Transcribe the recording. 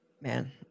man